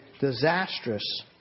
disastrous